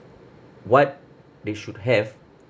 what they should have